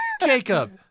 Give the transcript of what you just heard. Jacob